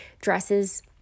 dresses